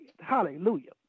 Hallelujah